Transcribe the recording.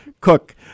cook